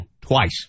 Twice